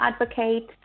advocate